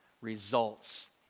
results